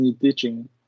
teaching